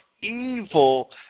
evil